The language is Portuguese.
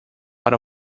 para